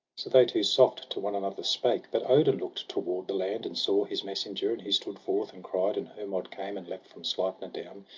so they two soft to one another spake. but odin look'd toward the land, and saw his messenger and he stood forth, and cried. and hermod came, and leapt from sleipner down.